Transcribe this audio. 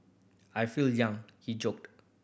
I feel young he joked